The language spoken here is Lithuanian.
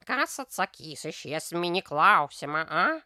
kas atsakys į šį esminį klausimą